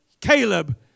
Caleb